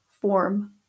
form